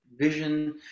vision